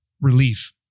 relief